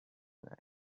night